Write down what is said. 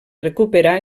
recuperar